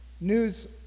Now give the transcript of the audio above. news